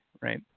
right